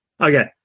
Okay